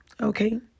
okay